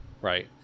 Right